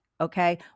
Okay